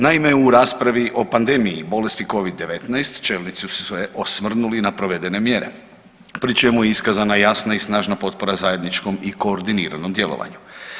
Naime, u raspravi o pandemiji, bolesti Covid-19 čelnici su se osvrnuli na provedene mjere pri čemu je iskazana jasna i snažna potpora zajedničkom i koordiniranom djelovanju.